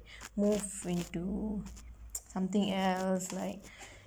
move free to something else like